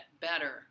better